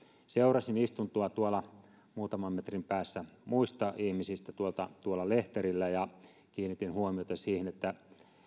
seurasin istuntoa tuolla muutaman metrin päässä muista ihmisistä tuolla tuolla lehterillä ja kiinnitin huomiota siihen että